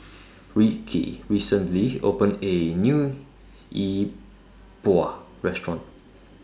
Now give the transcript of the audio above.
Rikki recently opened A New Yi Bua Restaurant